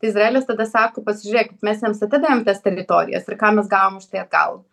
izraelis tada sako pasižiūrėkit mes jiems atidavėm tas teritorijas ir ką mes gavom už tai atgal